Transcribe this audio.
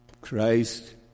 Christ